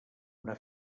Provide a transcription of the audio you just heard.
una